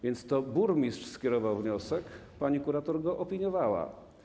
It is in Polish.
Więc to burmistrz skierował wniosek, pani kurator go opiniowała.